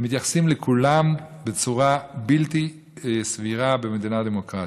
הם מתייחסים לכולם בצורה בלתי סבירה במדינה דמוקרטית.